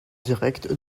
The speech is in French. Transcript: direct